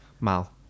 Mal